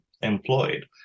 employed